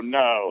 no